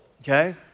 Okay